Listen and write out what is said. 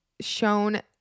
shown